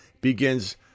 begins